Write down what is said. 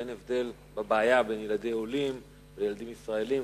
ואין הבדל בבעיה בין ילדי עולים לילדים ישראלים,